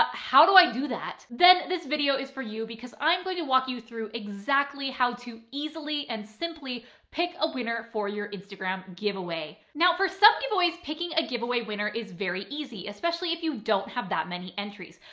ah how do i do that? then this video is for you because i'm going to walk you through exactly how to easily and simply pick a winner for your instagram giveaway. now for some giveaways, picking a giveaway winner is very easy, especially if you don't have that many entries.